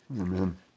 Amen